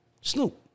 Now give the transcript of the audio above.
Snoop